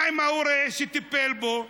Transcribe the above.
מה עם ההורה שטיפל בו?